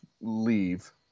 leave